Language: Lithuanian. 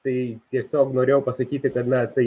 tai tiesiog norėjau pasakyti kad na tai